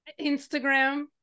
instagram